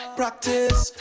practice